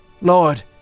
Lord